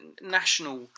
National